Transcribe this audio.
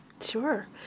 Sure